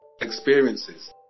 experiences